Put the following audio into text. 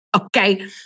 okay